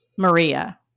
Maria